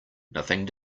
nothing